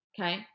Okay